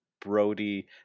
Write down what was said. Brody